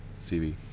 CV